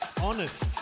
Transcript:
honest